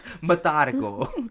Methodical